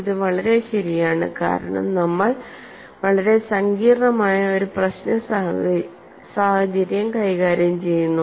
ഇത് വളരെ ശരിയാണ് കാരണം നമ്മൾ വളരെ സങ്കീർണ്ണമായ ഒരു പ്രശ്ന സാഹചര്യം കൈകാര്യം ചെയ്യുന്നു